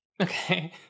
Okay